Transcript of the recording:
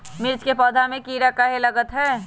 मिर्च के पौधा में किरा कहे लगतहै?